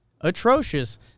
Atrocious